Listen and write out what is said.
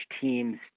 teams